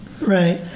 Right